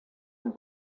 and